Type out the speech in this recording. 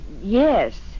yes